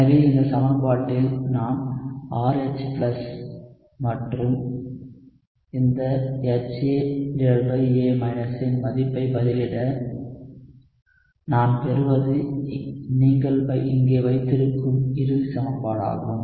எனவே இந்த சமன்பாட்டில் நான் RH மற்றும் இந்த HAA இன் மதிப்பை பதிலிட நான் பெறுவது நீங்கள் இங்கே வைத்திருக்கும் இறுதி சமன்பாடாகும்